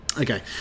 Okay